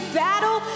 battle